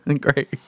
Great